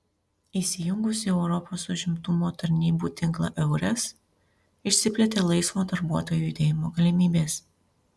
įsijungus į europos užimtumo tarnybų tinklą eures išsiplėtė laisvo darbuotojų judėjimo galimybės